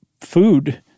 food